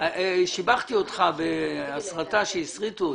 שיבחתי אותך בסרט אליו צילמו אותי.